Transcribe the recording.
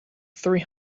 three